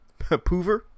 Poover